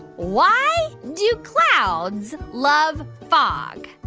why do clouds love fog?